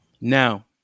Now